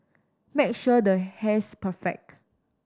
make sure the hair's perfect